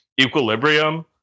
equilibrium